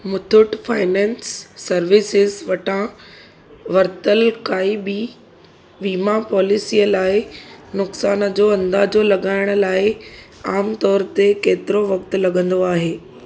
Muthoot finance services वटां वरितलु कंहिं बि वीमा पॉलिसीअ लाइ नुक़सानु जो अंदाज़ो लॻाइण लाइ आम तोर ते केतिरो वक़्त लॻंदो आहे